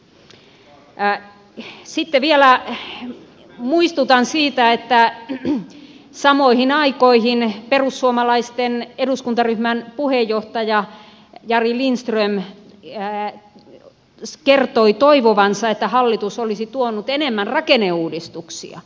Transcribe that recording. sitten vielä muistutan siitä että samoihin aikoihin perussuomalaisten eduskuntaryhmän puheenjohtaja jari lindström kertoi toivovansa että hallitus olisi tuonut enemmän rakenneuudistuksia